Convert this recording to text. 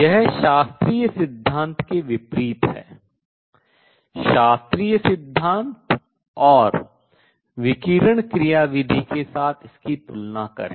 यह शास्त्रीय सिद्धांत के विपरीत है शास्त्रीय सिद्धांत और विकिरण क्रियाविधि के साथ इसकी तुलना करें